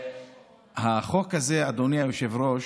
הזה, אדוני היושב-ראש,